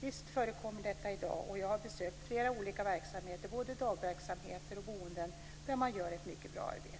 Visst förekommer detta i dag. Jag har besökt flera olika verksamheter, både dagverksamheter och boenden, där man gör ett mycket bra arbete.